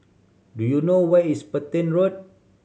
do you know where is Petain Road